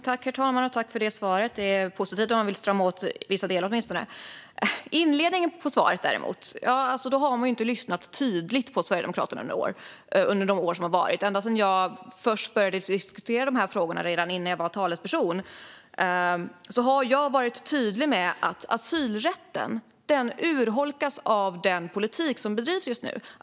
Herr talman! Jag tackar Fredrik Malm för svaret. Det är positivt att man åtminstone vill strama åt vissa delar. Inledningen på svaret visar dock att Fredrik Malm inte har lyssnat tydligt på Sverigedemokraterna under åren. Ända sedan jag började diskutera dessa frågor, redan innan jag var talesperson, har jag varit tydlig med att asylrätten urholkas av den politik som bedrivs.